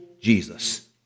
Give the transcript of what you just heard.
Jesus